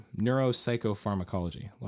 Neuropsychopharmacology